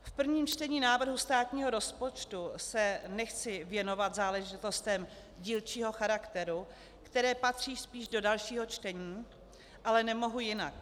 V prvním čtení návrhu státního rozpočtu se nechci věnovat záležitostem dílčího charakteru, které patří spíš do dalšího čtení, ale nemohu jinak.